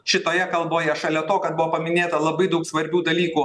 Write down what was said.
šitoje kalboje šalia to kad buvo paminėta labai daug svarbių dalykų